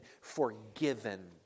forgiven